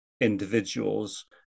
individuals